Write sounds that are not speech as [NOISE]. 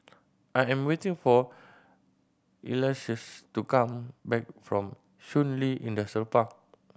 I am waiting for [UNINTELLIGIBLE] to come back from Shun Li Industrial Park